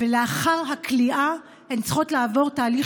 ולאחר הכליאה הן צריכות לעבור תהליך